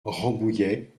rambouillet